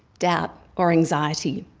doubt or anxiety.